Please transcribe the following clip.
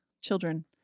Children